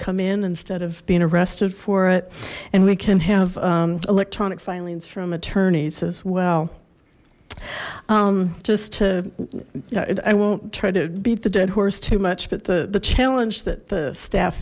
come in instead of being arrested for it and we can have electronic filings from attorneys as well just to i won't try to beat the dead horse too much but the the challenge that the staff